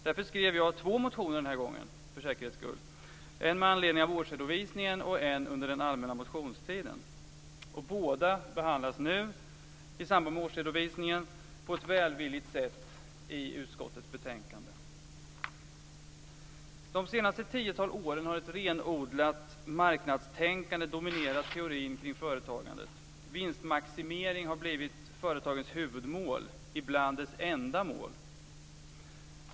Därför skrev jag två motioner den här gången, för säkerhets skull; en med anledning av årsredovisningen, en under den allmänna motionstiden. Båda behandlas nu, i samband med årsredovisningen, på ett välvilligt sätt i utskottets betänkande. Det senaste tiotalet år har ett renodlat marknadstänkande dominerat teorin kring företagandet. Vinstmaximering har blivit företagens huvudmål, ibland deras enda mål.